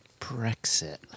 Brexit